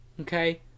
okay